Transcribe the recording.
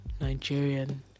Nigerian